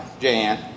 Jan